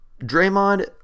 Draymond